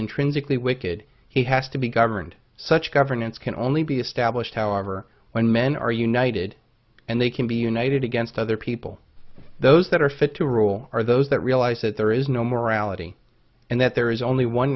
intrinsically wicked he has to be governed such governance can only be established however when men are united and they can be united against other people those that are fit to rule are those that realize that there is no morality and that there is only one